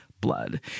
blood